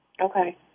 Okay